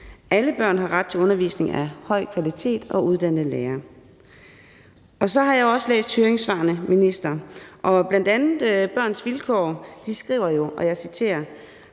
Alle børn har ret til undervisning af høj kvalitet og af en uddannet lærer. Så har jeg også læst høringssvarene, minister, og bl.a. Børns Vilkår skriver: »Børns Vilkår